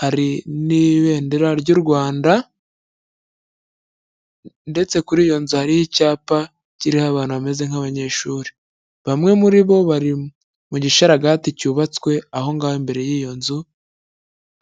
hari n'ibendera ry'u Rwanda ndetse kuri iyo nzu hariho icyapa kiriho abantu bameze nk'abanyeshuri. Bamwe muri bo bari mu gisharagati cyubatswe aho ngaho mbere y'iyo nzu.